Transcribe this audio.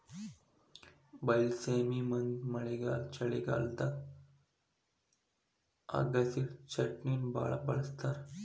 ಬೈಲಸೇಮಿ ಮಂದಿ ಮಳೆಗಾಲ ಚಳಿಗಾಲದಾಗ ಅಗಸಿಚಟ್ನಿನಾ ಬಾಳ ಬಳ್ಸತಾರ